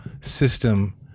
system